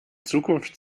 zukunft